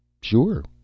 Sure